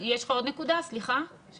יש לך עוד נקודה?